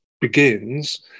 begins